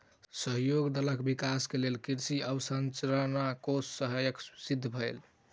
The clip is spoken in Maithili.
सहयोग दलक विकास के लेल कृषि अवसंरचना कोष सहायक सिद्ध भेल